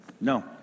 No